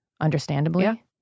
understandably